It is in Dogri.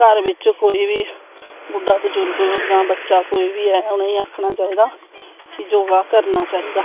सरकार बिच्च कोई बी बुड्डा बजुर्ग बच्चा कोई बी ऐ उनेंगी आखनां चाही दा योगा करनां चाही दा